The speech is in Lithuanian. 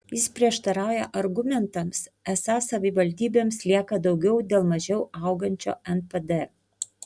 jis prieštarauja argumentams esą savivaldybėms lieka daugiau dėl mažiau augančio npd